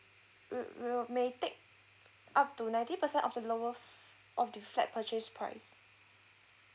will will may take up to ninety percent of the lower of the flat purchase price